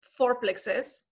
fourplexes